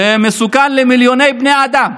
זה מסוכן למיליוני בני אדם,